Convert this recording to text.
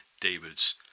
David's